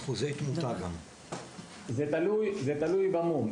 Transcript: זה תלוי במום.